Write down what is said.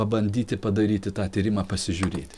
pabandyti padaryti tą tyrimą pasižiūrėti